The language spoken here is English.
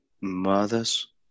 mothers